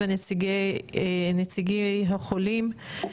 ונציגי החולים.